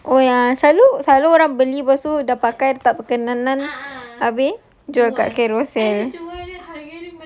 oh ya selalu selalu orang beli lepas tu dapatkan kad kenalan habis jual kat carousell